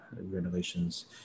renovations